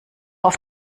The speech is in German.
auf